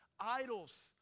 idols